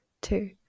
two